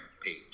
page